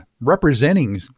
representing